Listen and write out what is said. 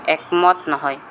একমত নহয়